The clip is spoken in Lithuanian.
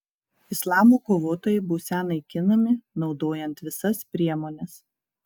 islamo kovotojai būsią naikinami naudojant visas priemones